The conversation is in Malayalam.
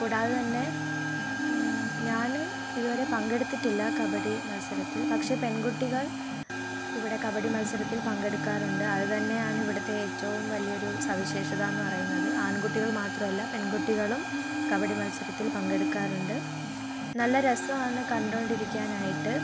കൂടാതെ തന്നെ ഞാനും ഇത് വരെ പങ്കെടുത്തിട്ടില്ല കബഡി മത്സരത്തിൽ പക്ഷേ പെൺകുട്ടികൾ ഇവിടെ കബഡി മത്സരത്തിൽ പങ്കെടുക്കാറുണ്ട് അത് തന്നെയാണ് ഇവിടുത്തെ ഏറ്റവും വലിയ ഒരു സവിശേഷതയെന്ന് പറയുന്നത് ആൺകുട്ടികൾ മാത്രമല്ല പെൺകുട്ടികളും കബഡി മത്സരത്തിൽ പങ്കെടുക്കാറുണ്ട് നല്ല രസമാണ് കണ്ടുകൊണ്ടിരിക്കാൻ ആയിട്ട്